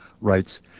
writes